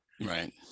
Right